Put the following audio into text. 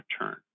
return